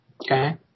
Okay